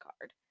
card